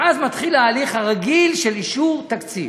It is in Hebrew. ואז מתחיל ההליך הרגיל של אישור תקציב.